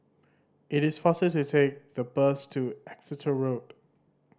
it is faster to take the bus to Exeter Road